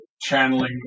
channeling